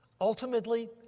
Ultimately